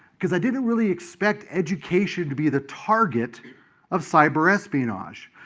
because i didn't really expect education to be the target of cyber-espionage.